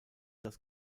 das